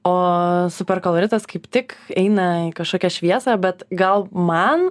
o superkoloritas kaip tik eina į kažkokią šviesą bet gal man